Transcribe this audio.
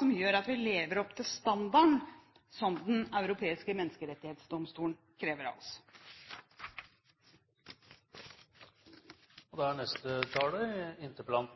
som gjør at vi lever opp til standarden som Den europeiske menneskerettighetsdomstol krever av oss. Jeg vil gjerne takke kunnskapsministeren